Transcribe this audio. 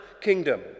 kingdom